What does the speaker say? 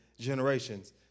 generations